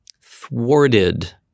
thwarted